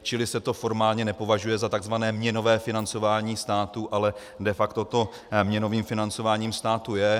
Čili se to formálně nepovažuje za tzv. měnové financování státu, ale de facto to měnovým financováním státu je.